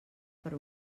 per